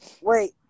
Wait